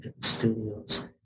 studios